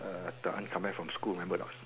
De an come back from school remember a lot